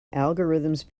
algorithms